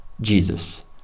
Jesus